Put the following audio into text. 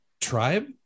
tribe